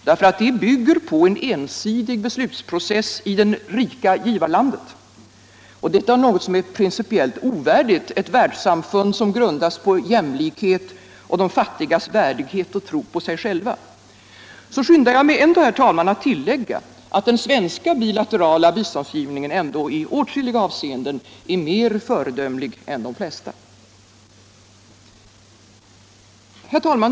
därför att det bygger på en ensidig beslutsprocess i det rika givarlandet och detta är något som är principiellt ovärdigt ett världssamfund som grundas på jämlikhet och de fattigas värdighet och tro på sig själva, så skyndar jag mig ändå, herr talman, att tillägga att den svenska bilaterala biståndsgivningen i åtskilliga avseenden är mer föredömlig än de flesta. Herr talman!